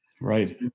Right